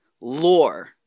lore